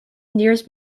nearest